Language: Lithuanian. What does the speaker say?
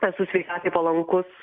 esu sveikatai palankus